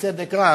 בצדק רב,